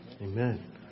Amen